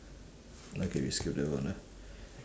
okay we skip that one ah